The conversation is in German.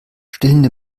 stillende